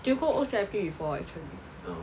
did you go O_C_I_P before actually